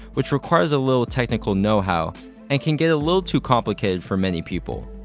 which requires a little technical know-how and can get a little too complicated for many people.